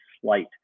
slight